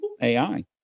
AI